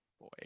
Boy